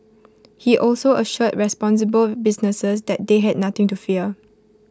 he also assured responsible businesses that they had nothing to fear